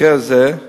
במקרה הזה,